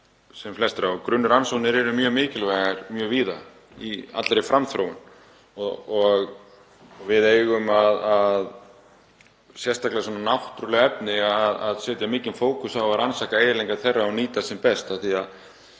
sem flestra efna. Grunnrannsóknir eru mjög mikilvægar mjög víða í allri framþróun. Við eigum, sérstaklega með svona náttúruleg efni, að setja mikinn fókus á að rannsaka eiginleika þeirra og nýta sem best. Ég held að